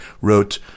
wrote